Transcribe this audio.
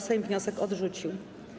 Sejm wniosek odrzucił.